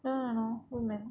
no no no women